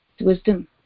wisdom